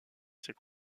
ses